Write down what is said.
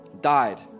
died